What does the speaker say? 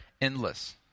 endless